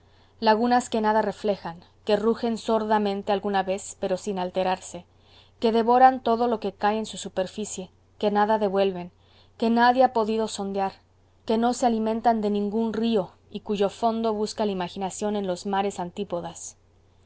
lagunas que nada reflejan que rugen sordamente alguna vez pero sin alterarse que devoran todo lo que cae en su superficie que nada devuelven que nadie ha podido sondear que no se alimentan de ningún río y cuyo fondo busca la imaginación en los mares antípodas